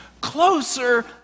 closer